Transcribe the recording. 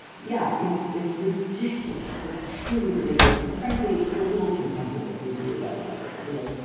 yeah, it's it's ridiculous. it's truly ridiculous. and frankly, it's a little contemptible in you letter writer that you're like.